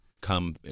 Come